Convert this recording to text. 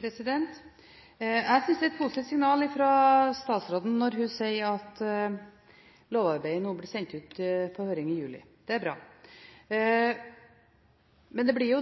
Jeg synes det er et positivt signal fra statsråden at hun sier at lovarbeidet blir sendt ut på høring i juli. Det er bra. Men det blir